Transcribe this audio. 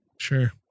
sure